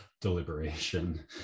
deliberation